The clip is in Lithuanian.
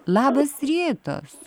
labas rytas